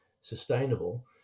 sustainable